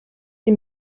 die